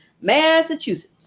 Massachusetts